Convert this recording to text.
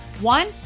One